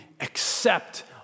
accept